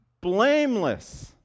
blameless